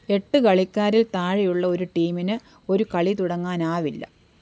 എട്ട് കളിക്കാരിൽ താഴെയുള്ള ഒരു ടീമിന് ഒരു കളി തുടങ്ങാനാവില്ല